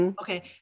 okay